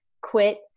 quit